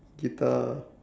guitar